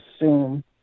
assume